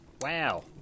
Wow